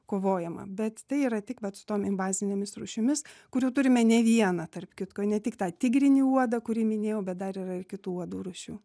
kovojama bet tai yra tik vat su tom invazinėmis rūšimis kurių turime ne vieną tarp kitko ne tik tą tigrinį uodą kurį minėjau bet dar yra ir kitų uodų rūšių